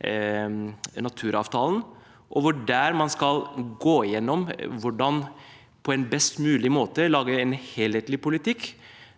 Der skal man gå gjennom hvordan man på best mulig måte lager en helhetlig politikk